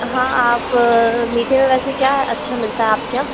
हाँ आप मीठे में वैसे क्या अच्छा मिलता आपके यहाँ